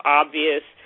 obvious